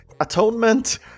Atonement